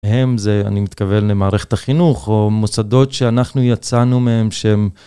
הם זה, אני מתכוון למערכת החינוך, או מוסדות שאנחנו יצאנו מהם שהם...